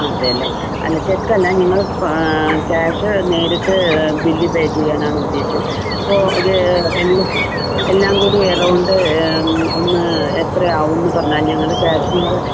അതെ അല്ലെ അല്ല ചെക്കല്ല ഞങ്ങള് ക്യാഷ് നേരിട്ട് ബില്ല് പേ ചെയ്യാനാണ് ഉദ്ദേശം അപ്പോൾ ഇത് എല്ലാ എല്ലാം കൂടി എറൗണ്ട് ഒന്ന് എത്ര ആകുമെന്ന് പറഞ്ഞാൽ ഞങ്ങള് ക്യാഷ് ഞങ്ങള്